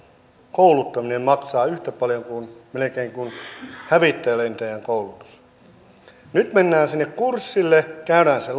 kouluttaminen maksaa melkein yhtä paljon kuin hävittäjälentäjän koulutus nyt mennään sinne kurssille käydään se